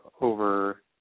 over